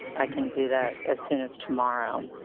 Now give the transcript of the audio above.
i can do that as soon as tomorrow. um